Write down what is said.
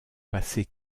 passé